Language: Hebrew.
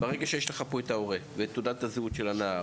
ברגע שיש לך את ההורה ואת תעודת הזהות של הנער